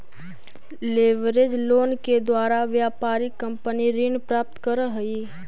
leverage loan के द्वारा व्यापारिक कंपनी ऋण प्राप्त करऽ हई